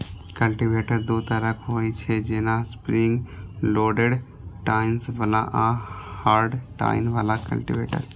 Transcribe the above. cultivator दू तरहक होइ छै, जेना स्प्रिंग लोडेड टाइन्स बला आ हार्ड टाइन बला कल्टीवेटर